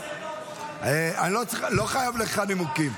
הוצאת אותו --- אני לא חייב לך נימוקים.